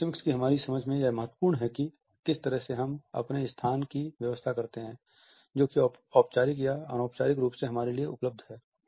proxemics की हमारी समझ में यह महत्वपूर्ण है कि किस तरह से हम अपने स्थान की व्यवस्था करते हैं जो कि औपचारिक या अनौपचारिक रूप से हमारे लिए उपलब्ध है